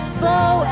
slow